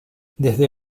desde